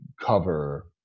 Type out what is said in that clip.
cover